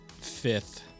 fifth